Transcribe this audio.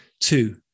Two